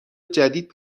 جدید